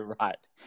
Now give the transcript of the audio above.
right